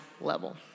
level